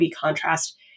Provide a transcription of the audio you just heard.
contrast